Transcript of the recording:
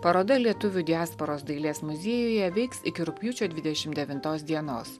paroda lietuvių diasporos dailės muziejuje veiks iki rugpjūčio dvidešimt devintos dienos